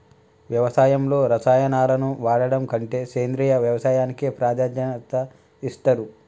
వ్యవసాయంలో రసాయనాలను వాడడం కంటే సేంద్రియ వ్యవసాయానికే ప్రాధాన్యత ఇస్తరు